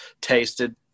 tasted